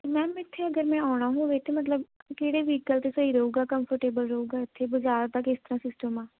ma'am ਇੱਥੇ ਅਗਰ ਮੈਂ ਆਉਣਾ ਹੋਵੇ ਤਾਂ ਮਤਲਬ ਕਿਹੜੇ ਵਹੀਕਲ 'ਤੇ ਸਹੀ ਰਹੂਗਾ ਕੰਫਰਟੇਬਲ ਰਹੂਗਾ ਇੱਥੇ ਬਾਜ਼ਾਰ ਦਾ ਕਿਸ ਤਰ੍ਹਾਂ ਸਿਸਟਮ ਆ